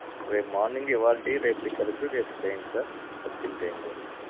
రేపు మార్నింగ్ ఇవాల్టివి రేపటివి కలిపి రేపు చెయ్యండి సార్ అర్జెంట్ ఏంలేదు